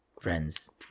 friends